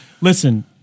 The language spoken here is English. listen